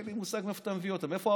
אין לי מושג מאיפה אתה מביא אותן,